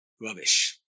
rubbish